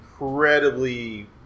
incredibly